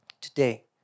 Today